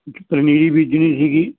ਕੁਛ ਪਨੀਰੀ ਬੀਜਣੀ ਸੀਗੀ